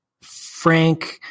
Frank